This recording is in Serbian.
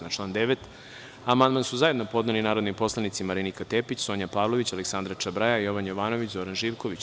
Na član 9. amandman su zajedno podneli narodni poslanici Marinika Tepić, Sonja Pavlović, Aleksandra Čobraja, Jovan Jovanović i Zoran Živković.